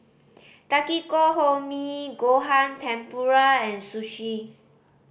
Takikomi Gohan Tempura and Sushi